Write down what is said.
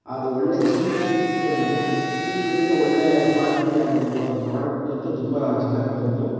ಅದು ಒಳ್ಳೆಯ ಚೀಪ್ ರೇಟಿಗೆ ಸಿಕ್ಕಿತು ನಮಗೆ ಚೀಪ್ ರೇಟ್ಗೆ ಒಳ್ಳೆ ಕ್ವಾಲಿಟಿ ಆಗಿರ್ಬೋದು ಅದು ಪ್ರಾಡಕ್ಟ್ ಅಂತೂ ತುಂಬ ಚೆನ್ನಾಗಿ ಬಂತು